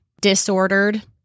disordered